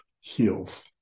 heals